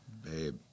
Babe